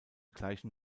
gleichen